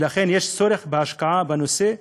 ולכן יש צורך בהשקעה בנושא,